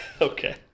Okay